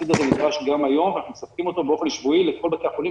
הציוד נדרש גם היום ואנחנו מספקים אותו באופן שבועי לכל בתי החולים.